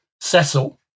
Cecil